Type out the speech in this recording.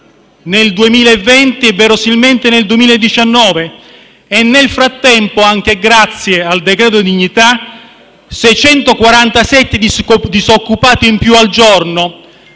nel 2020 e verosimilmente nel 2019. Nel frattempo, anche grazie al decreto-legge dignità, 647 disoccupati in più al giorno;